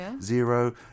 zero